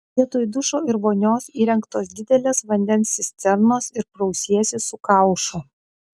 vietoj dušo ir vonios įrengtos didelės vandens cisternos ir prausiesi su kaušu